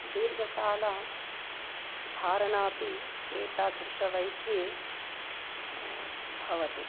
दीर्घकालं धारणापि एतादृशः वैद्यः भवति